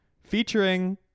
featuring